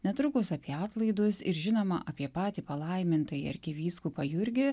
netrukus apie atlaidus ir žinoma apie patį palaimintąjį arkivyskupą jurgį